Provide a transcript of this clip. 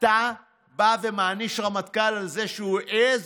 אתה בא ומעניש רמטכ"ל על זה שהוא העז